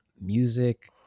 music